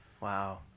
Wow